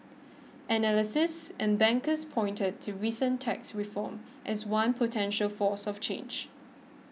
analysts and bankers pointed to recent tax reform as one potential force of change